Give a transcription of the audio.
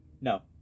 No